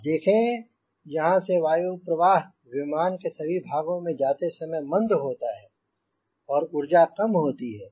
आप देखें यहांँ से वायु प्रवाह विमान के सभी भागों में जाते समय मंद होता है और ऊर्जा कम होती है